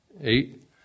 Eight